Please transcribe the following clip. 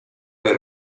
had